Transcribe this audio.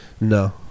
no